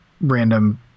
random